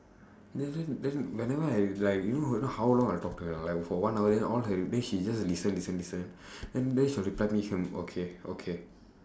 then then then whenever I like you you know how long I talk to her or not like for one hour then all her then she just listen listen listen then then she will reply me she'll okay okay